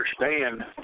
understand